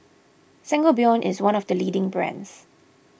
Sangobion is one of the leading brands